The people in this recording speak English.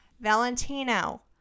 Valentino